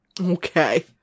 Okay